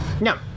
No